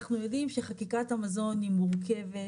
אנחנו יודעים שחקיקת המזון היא מורכבת,